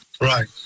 right